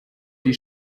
die